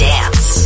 Dance